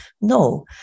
No